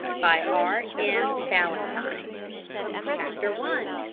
by r m. ballantyne. chapter one.